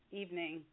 evening